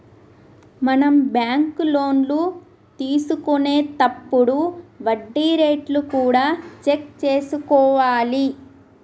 మనం బ్యాంకు లోన్లు తీసుకొనేతప్పుడు వడ్డీ రేట్లు కూడా చెక్ చేసుకోవాలి